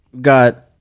Got